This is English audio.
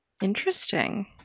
Interesting